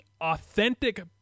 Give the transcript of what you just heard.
authentic